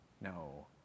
No